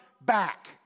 back